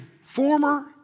former